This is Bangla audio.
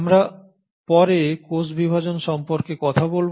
আমরা পরে কোষ বিভাজন সম্পর্কে কথা বলব